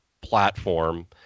platform